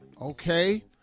Okay